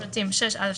פרטים (6א),